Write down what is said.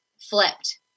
flipped